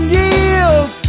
years